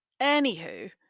Anywho